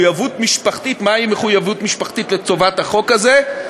מהי מחויבות משפחתית לצורך החוק הזה?